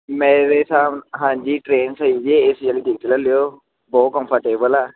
ਮੇਰੇ ਹਿਸਾਬ ਹਾਂਜੀ ਟਰੇਨ ਸਹੀ ਜੇ ਏਸੀ ਵਾਲੀ ਟਿਕਟ ਲੈ ਲਿਓ ਬਹੁਤ ਕੰਫਰਟੇਬਲ ਆ